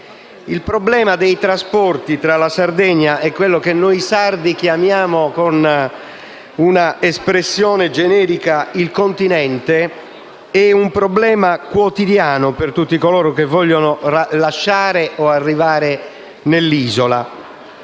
I trasporti tra la Sardegna e quello che noi sardi chiamiamo, con un'espressione generica, il continente sono un problema quotidiano per tutti coloro che vogliono lasciare o arrivare nell'isola.